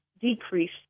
decrease